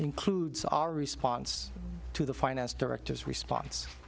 includes our response to the finance directors response